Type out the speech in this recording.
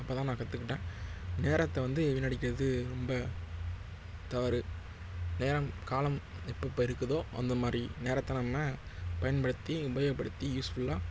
அப்போ தான் நான் கத்துக்கிட்டேன் நேரத்தை வந்து வீண் அடிக்கிறது ரொம்ப தவறு நேரம் காலம் எப்பப்போ இருக்குதோ அந்த மாதிரி நேரத்தை நம்ம பயன்படுத்தி உபயோகப்படுத்தி யூஸ்ஃபுல்லாக